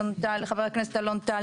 חבר הכנסת אלון טל